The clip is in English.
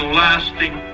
lasting